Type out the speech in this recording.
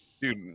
Dude